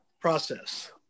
process